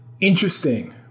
interesting